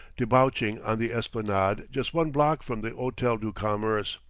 debouching on the esplanade just one block from the hotel du commerce.